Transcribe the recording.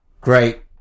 Great